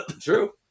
True